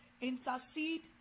intercede